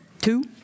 Two